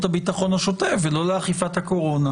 מפנה כל המשאבים למשימות ביטחון שוטף ולא לאכיפת הקורונה.